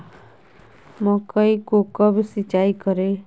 मकई को कब सिंचाई करे?